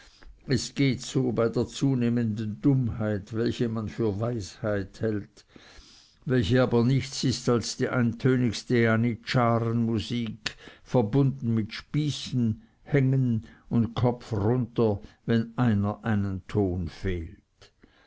es geht so bei der zunehmenden dummheit welche man für weisheit hält welche aber nichts ist als die eintönigste janitscharenmusik verbunden mit spießen hängen und kopfrunter wenn einer einen ton fehlt